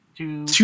Two